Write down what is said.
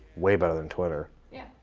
way better than twitter. yeah.